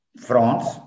France